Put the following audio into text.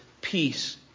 peace